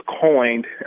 coined